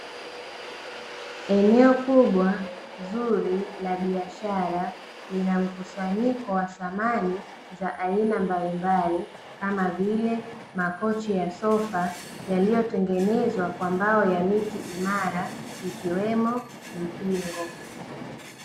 Eneo kubwa, zuri la biashara, lina mkusanyiko wa samani za aina mbalimbali, kama vile makochi ya sofa yaliyotengenezwa kwa mbao ya miti imara, ikiwemo mpingo.